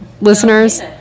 listeners